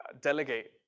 delegate